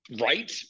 Right